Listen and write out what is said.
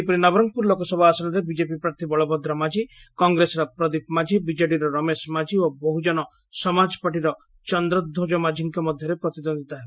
ସେହିପରି ନବରଙ୍ଗପୁର ଲୋକସଭା ଆସନରେ ବିଜେପି ପ୍ରାର୍ଥୀ ବଳଭଦ୍ର ମାଝୀ କଂଗ୍ରେସର ପ୍ରଦୀପ ମାଝି ବିଜେଡିର ରମେଶ ମାଝୀ ଓ ବହୁଜନ ସମାଜ ପାର୍ଟିର ଚନ୍ଦ୍ରଧ୍ୱଜ ମାଝୀଙ୍କ ମଧ୍ଧରେ ପ୍ରତିଦ୍ୱନ୍ଦିତା ହେବ